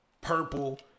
Purple